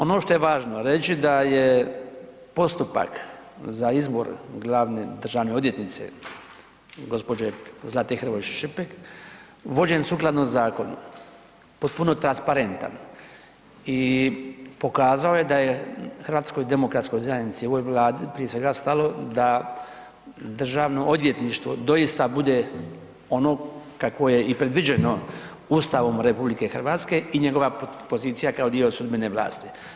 Ono što je važno reći da je postupak za izbor glavne državne odvjetnice gospođe Zlate Hrvoj Šipek vođen sukladno zakonu, potpuno transparentan i pokazao je da je HDZ i ovaj Vladi prije svega stalo da DORH doista bude ono kako je i predviđeno Ustavom RH i njegova pozicija kao dio sudbene vlasti.